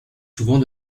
souvent